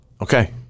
okay